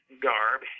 garb